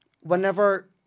Whenever